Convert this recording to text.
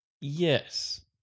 yes